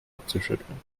abzuschütteln